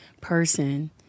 person